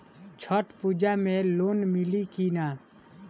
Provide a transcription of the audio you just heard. छठ पूजा मे लोन मिली की ना?